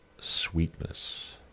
sweetness